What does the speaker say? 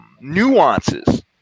nuances